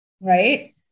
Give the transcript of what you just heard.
right